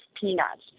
peanuts